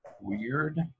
weird